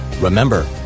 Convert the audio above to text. Remember